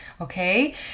okay